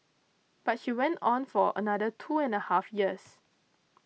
but she went on for another two and a half years